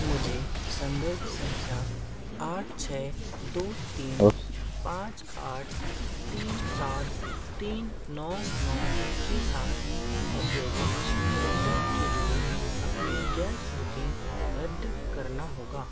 मुझे संदर्भ संख्या आठ छः दो तीन पाँच आठ तीन सात तीन नौ नौ के साथ औद्योगिक सिलेंडर के लिए अपनी गैस बुकिंग रद्द करनी होगी